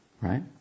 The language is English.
right